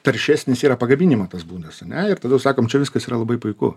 taršesnis yra pagaminimo tas būdas ane ir tada jau sakom čia viskas yra labai puiku